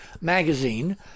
magazine